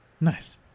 nice